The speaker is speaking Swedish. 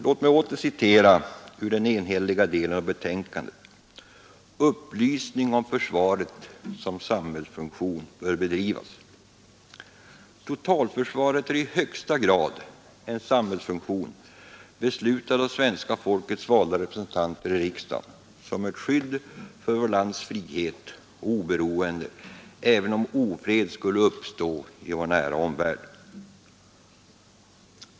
Låt mig åter citera ur den enhälliga delen av betänkandet: ”Upplysning om försvaret som samhällsfunktion bör bedrivas.” Totalförsvaret är i högsta grad en samhällsfunktion, beslutad av svenska folkets valda representanter i riksdagen som ett skydd för vårt lands frihet och oberoende, även om ofred skulle uppstå i vår nära omvärld.